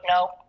no